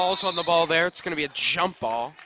falls on the ball there it's going to be a jump ball